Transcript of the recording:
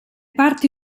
parti